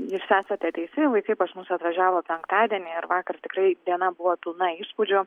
jūs esate teisi vaikai pas mus atvažiavo penktadienį ir vakar tikrai diena buvo pilna įspūdžių